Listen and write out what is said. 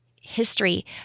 history